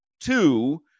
two